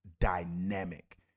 dynamic